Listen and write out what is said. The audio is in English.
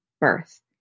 birth